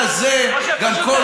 לעדי קול